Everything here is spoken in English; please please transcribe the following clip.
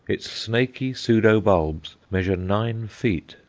its snakey pseudo-bulbs measure nine feet,